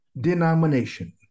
denomination